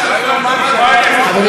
חברים,